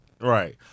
Right